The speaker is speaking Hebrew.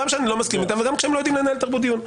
גם כשאני לא מסכים איתם וגם כשהם לא יודעים לנהל תרבות דיון.